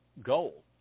Goal